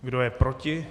Kdo je proti?